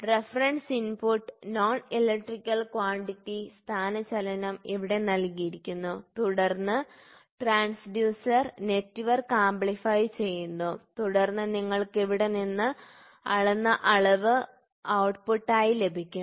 reference input non electrical quantity സ്ഥാനചലനം ഇവിടെ നൽകിയിരിക്കുന്നു തുടർന്ന് ട്രാൻസ്ഡ്യൂസർ നെറ്റ്വർക്ക് ആംപ്ലിഫയ് ചെയ്യുന്നു തുടർന്ന് നിങ്ങൾക്ക് ഇവിടെ നിന്ന് അളന്ന അളവ് ഔട്ട്പുട്ട് ആയി ലഭിക്കും